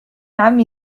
عمي